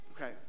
okay